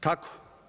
Kako?